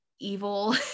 evil